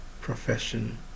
Profession